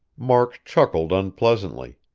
mark chuckled unpleasantly.